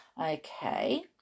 Okay